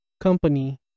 company